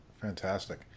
Fantastic